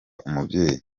umubyeyi